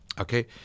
okay